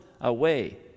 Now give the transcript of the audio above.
away